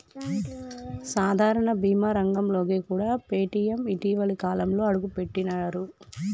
సాధారణ బీమా రంగంలోకి కూడా పేటీఎం ఇటీవలి కాలంలోనే అడుగుపెట్టినరు